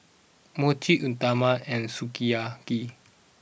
Mochi Uthapam and Sukiyaki